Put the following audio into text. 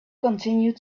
continued